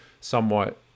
somewhat